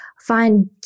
find